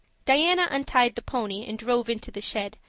diana untied the pony and drove into the shed,